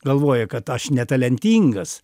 galvoja kad aš netalentingas